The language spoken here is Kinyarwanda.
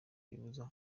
ribuza